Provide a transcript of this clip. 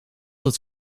het